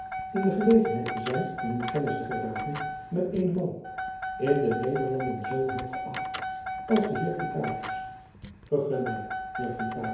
in de gelegenheid te zijn van in kennis te geraken met eenen man in de nederlanden zoo hoog gëacht als de heer vicaris vergun mij